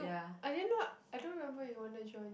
I didn't know I don't remember you want to join